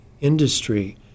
industry